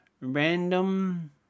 random